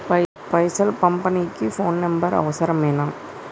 పైసలు పంపనీకి phone number అవసరమేనా?